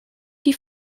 die